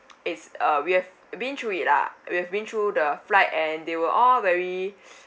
it's uh we have been through it lah we've been through the flight and they were all very